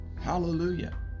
hallelujah